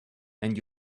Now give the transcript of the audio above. and